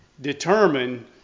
determine